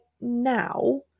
now